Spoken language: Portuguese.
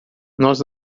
nós